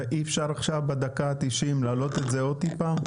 ואי אפשר עכשיו בדקה ה-90 להעלות את זה עוד טיפה?